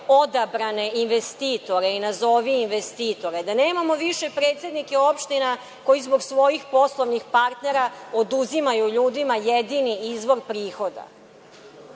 odabrane investitore i nazovi investitore, da nemamo više predsednike opština koji zbog svojih poslovnih partnera oduzimaju ljudima jedini izvor prihoda.